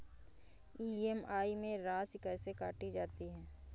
EMI में राशि कैसे काटी जाती है?